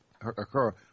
occur